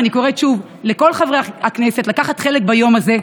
ואני קוראת שוב לכל חברי הכנסת לקחת חלק ביום הזה,